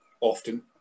often